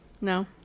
No